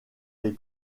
les